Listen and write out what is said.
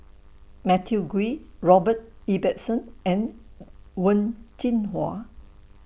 Matthew Ngui Robert Ibbetson and Wen Jinhua